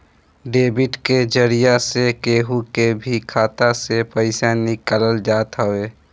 debit के जरिया से केहू के भी खाता से पईसा निकालल जात हवे